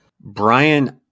Brian